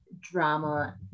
drama